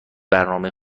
برنامه